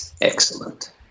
Excellent